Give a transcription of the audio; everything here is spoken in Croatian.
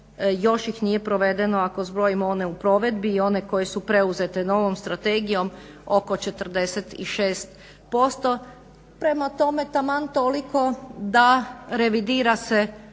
još ih nije provedeno ako zbrojimo one u provedbi i one koje su preuzete novom Strategijom oko 46%. Prema tome, taman toliko da revidira se